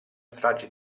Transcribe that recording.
strage